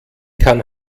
kann